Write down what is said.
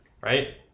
Right